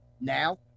now